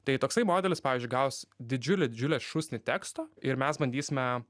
tai toksai modelis pavyzdžiui gaus didžiulę didžiulę šūsnį teksto ir mes bandysime